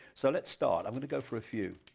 so let's start, i want to go for a few